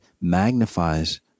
magnifies